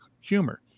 humor